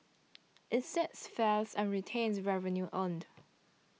it sets fares and retains revenue earned